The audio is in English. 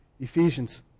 Ephesians